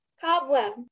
Cobweb